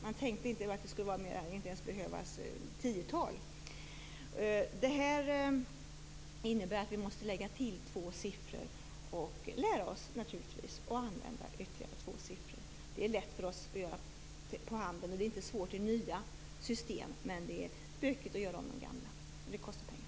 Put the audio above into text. Man trodde att det inte ens skulle behöva vara tio siffror. Vi måste nu lägga till två siffror och naturligtvis lära oss att använda ytterligare två siffror. Det är inte svårt att göra ändringen i nya system, men det är besvärligt och dyrt att göra det i de gamla systemen.